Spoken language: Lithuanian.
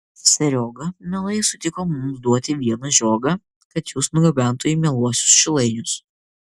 serioga mielai sutiko mums duoti vieną žiogą kad jus nugabentų į mieluosius šilainius